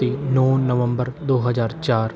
ਅਤੇ ਨੌਂ ਨਵੰਬਰ ਦੋ ਹਜ਼ਾਰ ਚਾਰ